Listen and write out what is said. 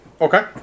Okay